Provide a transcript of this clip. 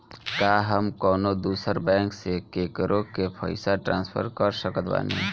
का हम कउनों दूसर बैंक से केकरों के पइसा ट्रांसफर कर सकत बानी?